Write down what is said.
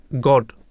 God